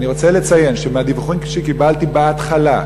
אני רוצה לציין שמהדיווחים שקיבלתי בהתחלה,